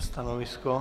Stanovisko?